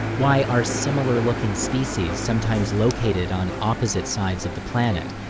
why are similar looking species sometimes located on opposite sides of the planet?